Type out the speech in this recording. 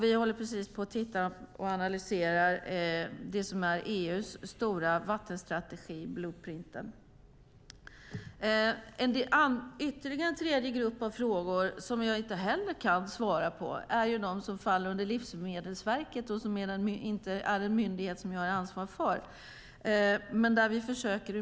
Vi analyserar nu det som är EU:s stora vattenstrategi, blueprint. En tredje grupp av frågor som jag inte heller kan svara på är de som faller under Livsmedelsverket, som är en myndighet som jag inte har ansvar för.